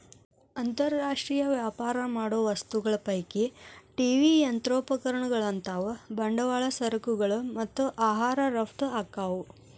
ಅಂತರ್ ರಾಷ್ಟ್ರೇಯ ವ್ಯಾಪಾರ ಮಾಡೋ ವಸ್ತುಗಳ ಪೈಕಿ ಟಿ.ವಿ ಯಂತ್ರೋಪಕರಣಗಳಂತಾವು ಬಂಡವಾಳ ಸರಕುಗಳು ಮತ್ತ ಆಹಾರ ರಫ್ತ ಆಕ್ಕಾವು